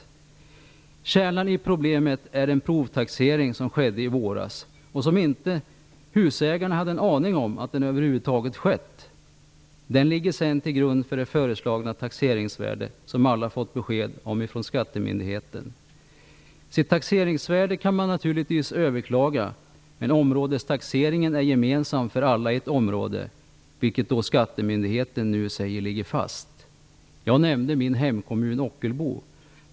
Kärnan i problemet är en provtaxering som skedde i våras och som husägarna inte hade en aning om över huvud taget. Den ligger till grund för det föreslagna taxeringsvärde som alla fått besked om från skattemyndigheten. Taxeringsvärdet kan man naturligtvis överklaga, men områdestaxeringen är gemensam för alla i ett område, vilket skattemyndigheten nu säger ligger fast. Jag nämnde min hemkommun Ockelbo.